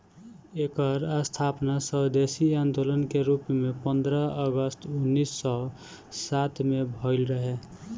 एकर स्थापना स्वदेशी आन्दोलन के रूप में पन्द्रह अगस्त उन्नीस सौ सात में भइल रहे